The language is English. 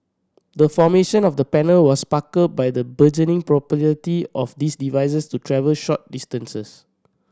the formation of the panel was sparked by the burgeoning popularity of these devices to travel short distances